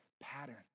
pattern